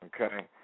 Okay